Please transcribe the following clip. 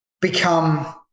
become